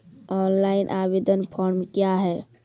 Online आवेदन form क्या हैं?